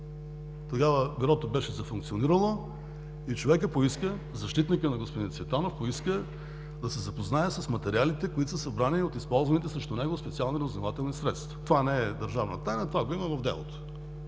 Тогава Бюрото беше зафункционирало и човекът поиска, защитникът на господин Цветанов поиска, да се запознае с материалите, които са събрани от използваните срещу него специални разузнавателни средства. Това не е държавна тайна, това го има в делото